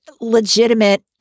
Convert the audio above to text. legitimate